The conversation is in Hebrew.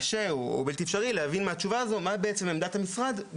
קשה או בלתי אפשרי להבין מהתשובה הזו מה בעצם עמדת המשרד,